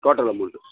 total amount